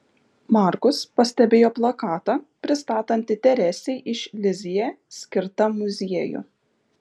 markus pastebėjo plakatą pristatantį teresei iš lizjė skirtą muziejų